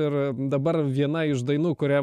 ir dabar viena iš dainų kurią